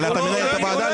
אבל אתה מנהל את הוועדה?